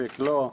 ספק לא,